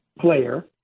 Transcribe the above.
player